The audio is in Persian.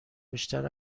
بیشتر